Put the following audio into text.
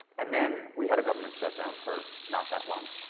and then we had a government shutdown for not that long